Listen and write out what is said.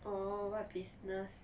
oh what business